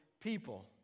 people